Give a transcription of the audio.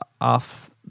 off